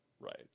Right